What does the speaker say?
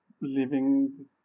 living